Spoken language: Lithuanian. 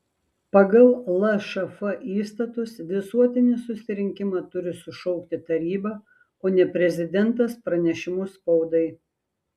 pagal lšf įstatus visuotinį susirinkimą turi sušaukti taryba o ne prezidentas pranešimu spaudai